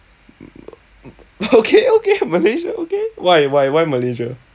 okay okay malaysia okay why why why malaysia